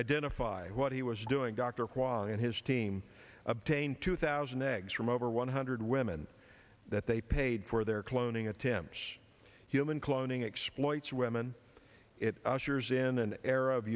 identify what he was doing dr chua and his team obtained two thousand eggs from over one hundred women that they paid for their cloning attempts human cloning exploits women it was years in an era